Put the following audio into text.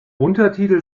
untertitel